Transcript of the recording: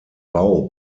bau